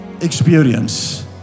experience